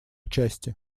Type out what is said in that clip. части